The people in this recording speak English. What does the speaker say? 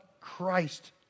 Christ